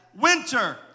Winter